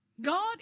God